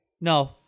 no